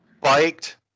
biked